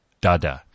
Dada